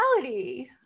reality